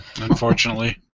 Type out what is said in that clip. Unfortunately